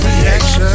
reaction